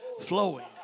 flowing